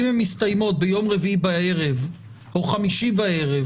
אם הן מסתיימות ביום רביעי בערב או חמישי בערב,